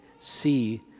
see